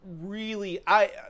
really—I